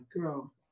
girl